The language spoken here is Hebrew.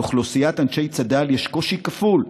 לאוכלוסיית אנשי צד"ל יש קושי כפול,